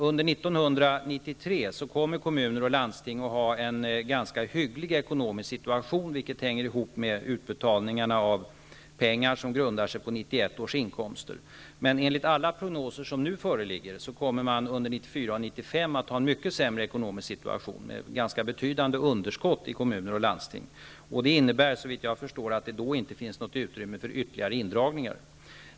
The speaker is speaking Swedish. Under 1993 kommer kommuner och landsting att ha en ganska hygglig ekonomisk situation, vilket hänger ihop med utbetalningarna av pengar som grundar sig på 1991 års inkomster, men enligt alla prognoser som nu föreligger kommer de under 1994 och 1995 att ha en mycket sämre ekonomisk situation, med ganska betydande underskott. Det innebär att det inte finns något utrymme för ytterligare indragningar.